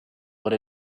what